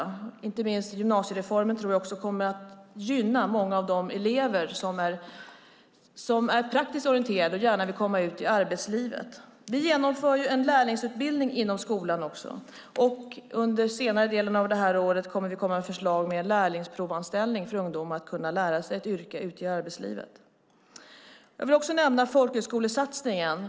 Jag tror inte minst gymnasiereformen kommer att gynna många av de elever som är praktiskt orienterade och gärna vill komma ut i arbetslivet. Vi genomför också en lärlingsutbildning i skolan. Under senare delen av detta år kommer vi att komma med förslag med en lärlingsprovanställning för ungdomar för att kunna lära sig ett yrke ute i arbetslivet. Jag vill också nämna folkhögskolesatsningen.